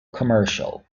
commercial